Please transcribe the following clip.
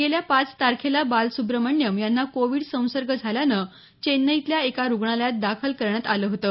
गेल्या पाच तारखेला बालसुब्रह्मण्यम् यांना कोविड संसर्ग झाल्यानं चेन्नईतल्या एका रुग्णालयात दाखल करण्यात आलं होतं